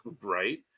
right